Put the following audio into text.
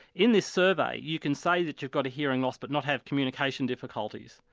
in this survey you can say that you've got a hearing loss but not have communication difficulties.